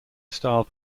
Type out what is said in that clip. style